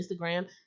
Instagram